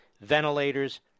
ventilators